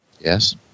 yes